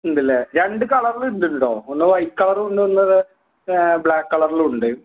ഉണ്ട് അല്ലെ രണ്ടുകളറില് ഉണ്ട് കെട്ടോ ഒന്ന് വൈറ്റ് കളറിലുണ്ട് ഒന്ന് ബ്ലാക്ക് കളറിലുണ്ട്